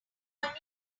our